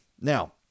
Now